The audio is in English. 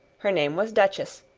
her name was duchess,